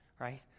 right